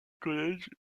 college